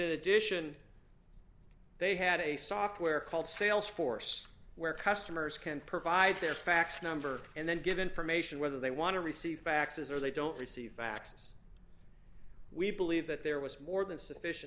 addition they had a software called sales force where customers can provide their fax number and then give information whether they want to receive faxes or they don't receive fax we believe that there was more than sufficient